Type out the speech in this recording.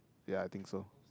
ya I think so